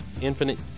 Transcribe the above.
Infinite